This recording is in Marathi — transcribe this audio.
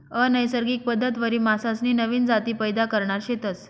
अनैसर्गिक पद्धतवरी मासासनी नवीन जाती पैदा करणार शेतस